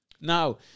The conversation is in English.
Now